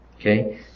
Okay